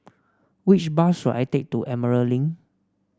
which bus should I take to Emerald Link